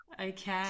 Okay